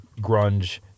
grunge